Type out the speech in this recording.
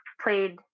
played